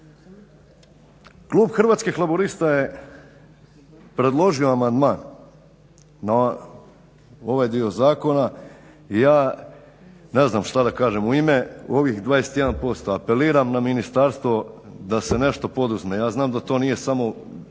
Klub Hrvatskih laburista je predložio amandman na ovaj dio zakona i ja ne znam što da kažem u ime ovih 21% apeliram na ministarstvo da se nešto poduzme. Ja znam da to nije samo